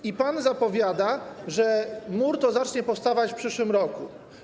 A pan zapowiada, że mur to zacznie powstawać w przyszłym roku.